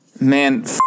Man